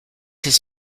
his